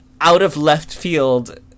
out-of-left-field